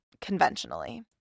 conventionally